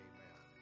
Amen